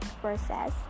process